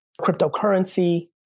Cryptocurrency